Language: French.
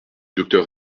docteur